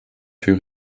für